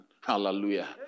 Hallelujah